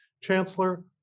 Chancellor